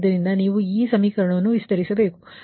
ಆದ್ದರಿಂದ ನೀವು ಈ ಸಮೀಕರಣವನ್ನು ವಿಸ್ತರಿಸುತ್ತೀರಿ